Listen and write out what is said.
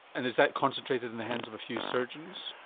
and is that concentrated in the hands of a few surgeons?